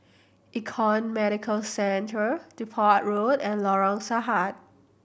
Econ Medicare Centre Depot Road and Lorong Sahad